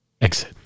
exit